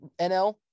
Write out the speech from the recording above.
nl